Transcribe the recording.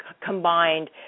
combined